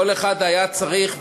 כל אחד היה צריך,